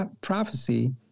prophecy